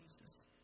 Jesus